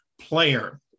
player